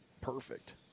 perfect